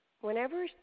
Whenever